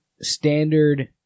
standard